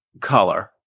color